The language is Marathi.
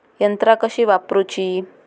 यंत्रा कशी वापरूची?